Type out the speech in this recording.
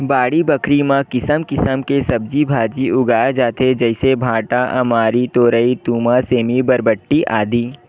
बाड़ी बखरी म किसम किसम के सब्जी भांजी उगाय जाथे जइसे भांटा, अमारी, तोरई, तुमा, सेमी, बरबट्टी, आदि